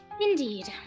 Indeed